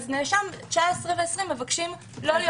נאשם 19 ו-20 מבקשים לא.